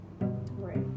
Right